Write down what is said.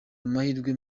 amahirwe